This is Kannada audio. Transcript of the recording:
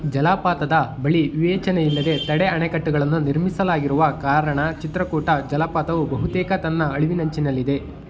ಜಲಪಾತದ ಬಳಿ ವಿವೇಚನೆಯಿಲ್ಲದೆ ತಡೆ ಅಣೆಕಟ್ಟುಗಳನ್ನು ನಿರ್ಮಿಸಲಾಗಿರುವ ಕಾರಣ ಚಿತ್ರಕೂಟ ಜಲಪಾತವು ಬಹುತೇಕ ತನ್ನ ಅಳಿವಿನಂಚಿನಲ್ಲಿದೆ